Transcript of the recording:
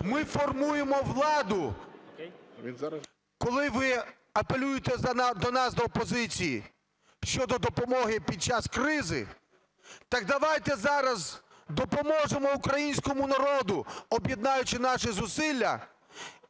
ми формуємо владу. Коли ви апелюєте до нас, до опозиції, щодо допомоги під час кризи, так давайте зараз допоможемо українському народу, об'єднаючи наші зусилля,